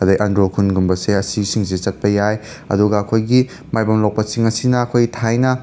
ꯑꯗꯩ ꯑꯟꯗ꯭ꯔꯣ ꯈꯨꯟ ꯒꯨꯝꯕꯁꯦ ꯑꯁꯤꯁꯤꯡꯁꯦ ꯆꯠꯄ ꯌꯥꯏ ꯑꯗꯨꯒ ꯑꯩꯈꯣꯏꯒꯤ ꯃꯥꯏꯕꯝ ꯂꯣꯛꯄ ꯆꯤꯡ ꯑꯁꯤꯅ ꯑꯩꯈꯣꯏ ꯊꯥꯏꯅ